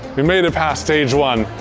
we made it past stage one,